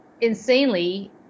insanely